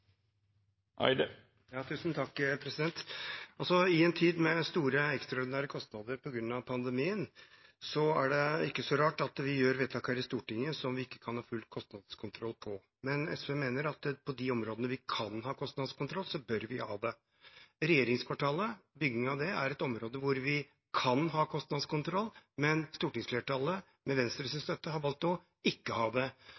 I en tid med store ekstraordinære kostnader på grunn av pandemien, er det ikke så rart at vi gjør vedtak her i Stortinget som vi ikke kan ha full kostnadskontroll på. Men SV mener at på de områdene vi kan ha kostnadskontroll, bør vi ha det. Bygging av regjeringskvartalet er et område hvor vi kan ha kostnadskontroll, men stortingsflertallet, med Venstres støtte, har valgt ikke å ha det.